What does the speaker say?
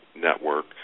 network